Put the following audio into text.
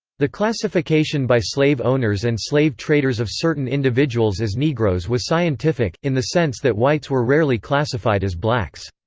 the classification by slave owners and slave traders of certain individuals as negroes was scientific, in the sense that whites were rarely classified as blacks.